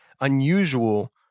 unusual